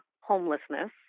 homelessness